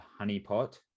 Honeypot